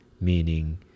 meaning